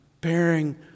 bearing